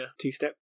two-step